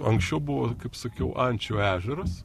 anksčiau buvo kaip sakiau ančių ežeras